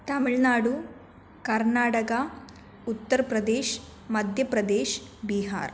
Tamil Nadu Karnataka Uttar Pradesh Madhya Pradesh Bihar